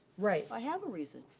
right. i have a reason.